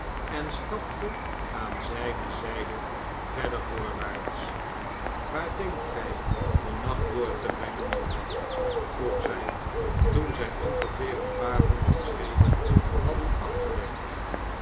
en stapte aan zijne zijde verder voorwaarts waar denkt gij den nacht door te brengen noach vroeg zij toen zij ongeveer een paar honderd schreden hadden afgelegd